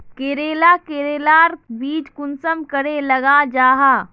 करेला करेलार बीज कुंसम करे लगा जाहा?